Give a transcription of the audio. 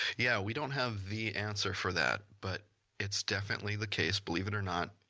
yeah we don't have the answer for that but it's definitely the case. believe it or not,